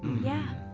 yeah.